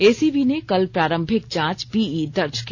ACB ने कल प्रारंभिक जांच पीई दर्ज की